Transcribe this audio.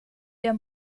der